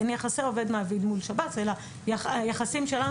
אין יחסי עובד-מעביד מול שב"ס אלא היחסים שלנו